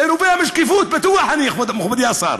זה נובע משקיפות, בטוח, מכובדי השר.